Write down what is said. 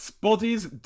bodies